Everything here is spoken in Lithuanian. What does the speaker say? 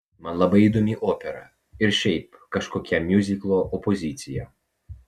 man labai įdomi opera ir šiaip kažkokia miuziklo opozicija